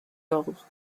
ordres